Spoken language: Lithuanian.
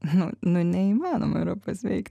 nu nu neįmanoma pasveikti